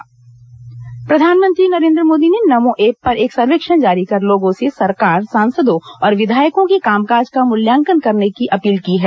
प्रधानमंत्री नमो ऐप प्रधानमंत्री नरेन्द्र मोदी ने नमो ऐप पर एक सर्वेक्षण जारी कर लोगों से सरकार सांसदों और विधायकों के कामकाज का मूल्यांकन करने की अपील की है